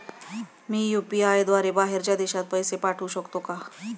मी UPI द्वारे बाहेरच्या देशात पैसे पाठवू शकतो का?